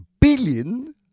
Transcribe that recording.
billion